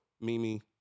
Mimi